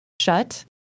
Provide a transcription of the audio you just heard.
shut